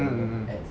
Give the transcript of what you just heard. mm mm mm